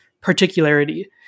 particularity